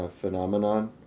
phenomenon